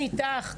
אני אתך,